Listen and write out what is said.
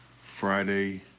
Friday